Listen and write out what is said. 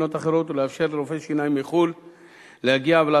רשיון מחו"ל שאינם אזרחי ישראל או תושבי ישראל להגיע לישראל